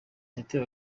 yateye